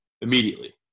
Immediately